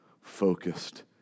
focused